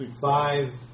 five